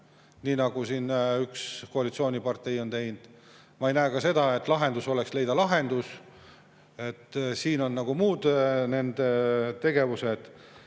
plaani, mida üks koalitsioonipartei on [väitnud]. Ma ei näe ka seda, et lahendus oleks leida lahendus. Siin on nagu muud nende tegevused.